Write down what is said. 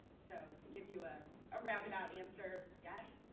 so to give you a ah round-about answer, yes,